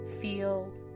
Feel